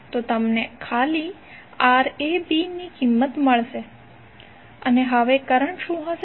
તો તમને ખાલી Rab ની કિંમત મળશે અને હવે કરંટ શું હશે